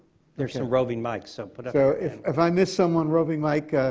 there are some roving mics. so but so if if i miss someone, roving mic,